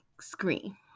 screen